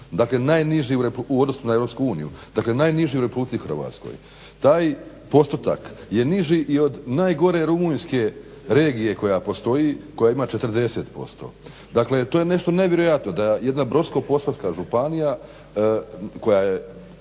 Dakle, najniži u odnosu na EU, dakle najniži u RH. Taj postotak je niži i od najgore Rumunjska regije koja postoji, koja ima 40%. Dakle, to je nešto nevjerojatno da jedna Brodsko-posavska županija, koja je